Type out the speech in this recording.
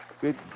Good